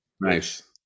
nice